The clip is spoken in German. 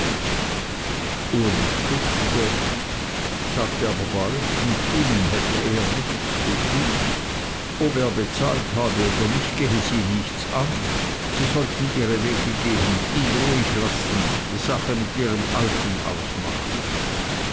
uli stutzte sagte aber bald mit ihnen hätte er nichts zu tun ob er bezahlt habe oder nicht gehe sie nichts an sie sollten ihre wege gehen ihn ruhig lassen die sache mit ihrem alten ausmachen